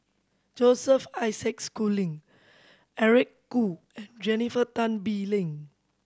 Joseph Isaac Schooling Eric Khoo and Jennifer Tan Bee Ling